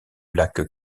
lac